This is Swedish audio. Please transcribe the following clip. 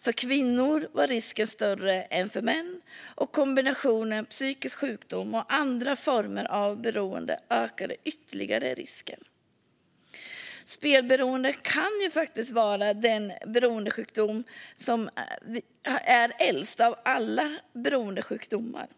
För kvinnor var risken större än för män, och kombinationen psykisk sjukdom och andra former av beroenden ökade ytterligare risken. Spelberoende kan vara äldst av alla beroendesjukdomar,